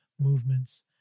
movements